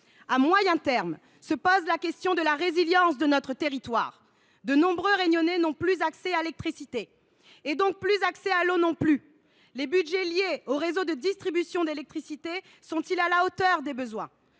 À moyen terme se pose la question de la résilience de notre territoire. De nombreux Réunionnais n’ont plus accès à l’électricité ni à l’eau. Les budgets liés aux réseaux de distribution d’électricité sont ils à la hauteur des besoins ?